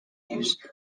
use